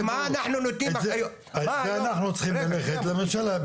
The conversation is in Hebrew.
בשביל זה אנחנו צריכים ללכת לממשלה.